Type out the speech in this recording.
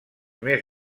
més